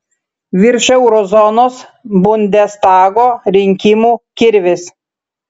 virš euro zonos bundestago rinkimų kirvis